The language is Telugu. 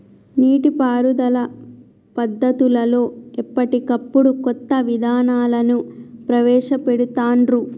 నీటి పారుదల పద్దతులలో ఎప్పటికప్పుడు కొత్త విధానాలను ప్రవేశ పెడుతాన్రు